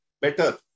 better